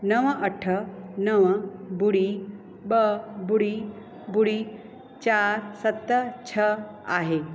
नव अठ नव बुड़ी ॿ बुड़ी बुड़ी चारि सत छह आहे